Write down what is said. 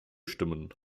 stimmen